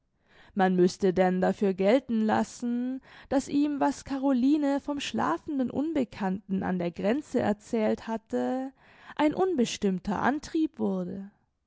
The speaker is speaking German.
man müßte denn dafür gelten lassen daß ihm was caroline vom schlafenden unbekannten an der grenze erzählt hatte ein unbestimmter antrieb wurde